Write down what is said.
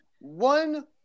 one